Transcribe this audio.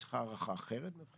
יש לך הערכה אחרת?